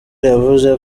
yavuze